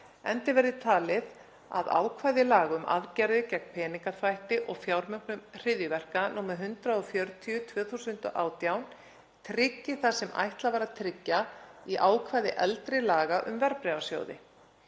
enda verði talið að ákvæði laga um aðgerðir gegn peningaþvætti og fjármögnun hryðjuverka, nr. 140/2018, tryggi það sem ætlað var að tryggja í ákvæði eldri laga um verðbréfasjóði.